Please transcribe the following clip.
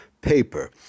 paper